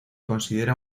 considera